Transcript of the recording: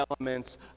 elements